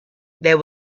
there